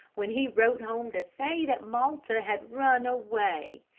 when he wrote home to say that malta had run away.